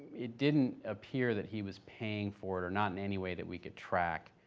it didn't appear that he was paying for it, or not in any way that we could track,